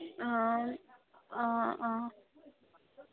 অঁ অঁ অঁ